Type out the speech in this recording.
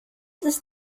ist